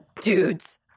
dudes